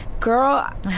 Girl